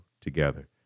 together